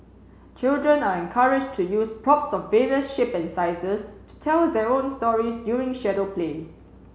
children are encouraged to use props of various shapes and sizes to tell their own stories using shadow play